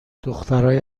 دخترای